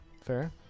Fair